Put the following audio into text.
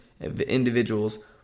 individuals